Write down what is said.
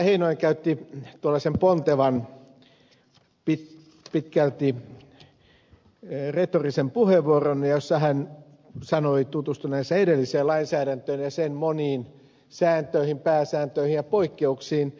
heinonen käytti tuollaisen pontevan pitkälti retorisen puheenvuoron jossa hän sanoi tutustuneensa edelliseen lainsäädäntöön ja sen moniin sääntöihin pääsääntöihin ja poikkeuksiin